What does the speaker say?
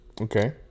Okay